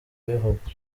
bivugwa